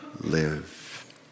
live